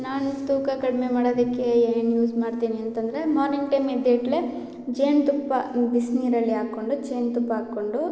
ನಾನು ತೂಕ ಕಡ್ಮೆ ಮಾಡೋದಕ್ಕೆ ಏನು ಯೂಸ್ ಮಾಡ್ತೀನಿ ಅಂತಂದರೆ ಮಾರ್ನಿಂಗ್ ಟೈಮು ಎದ್ದೆಟ್ಲೆ ಜೇನು ತುಪ್ಪ ಬಿಸ್ನೀರಲ್ಲಿ ಹಾಕೊಂಡು ಜೇನು ತುಪ್ಪ ಹಾಕೊಂಡು